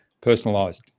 personalized